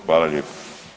Hvala lijepo.